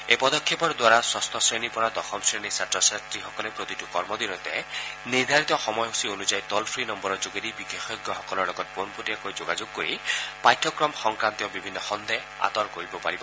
এই পদক্ষেপৰ দ্বাৰা যঠ শ্ৰেণীৰ পৰা দশম শ্ৰেণীৰ ছাত্ৰ ছাত্ৰীসকলে প্ৰতিটো কৰ্মদিনতে নিৰ্ধাৰিত সময়সুচী অনুযায়ী টোলফ্ৰী নম্বৰৰ যোগেদি বিশেষজ্ঞসকলৰ লগত পোনপটীয়াকৈ যোগাযোগ কৰি পাঠ্যক্ৰম সংক্ৰান্তীয় বিভিন্ন সন্দেহ আঁতৰাব পাৰিব